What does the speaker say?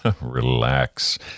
relax